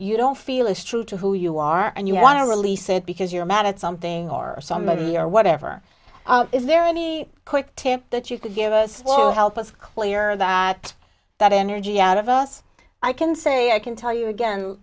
you don't feel is true to who you are and you want to release it because you're mad at something or somebody or whatever is there any quick tip that you could give us or help us clear that that energy out of us i can say i can tell you again